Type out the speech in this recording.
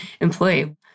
employee